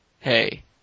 hey